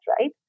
right